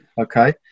okay